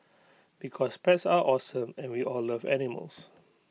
because pets are awesome and we all love animals